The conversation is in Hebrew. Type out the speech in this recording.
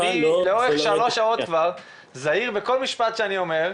לאורך שלוש שעות אני זהיר בכל משפט שאני אומר,